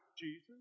Jesus